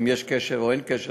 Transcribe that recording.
אם יש או אין קשר,